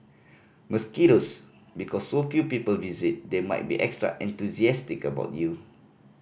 mosquitoes Because so few people visit they might be extra enthusiastic about you